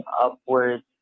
upwards